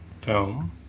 film